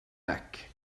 mack